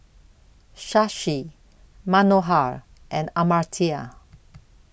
Shashi Manohar and Amartya